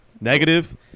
Negative